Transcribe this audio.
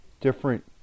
different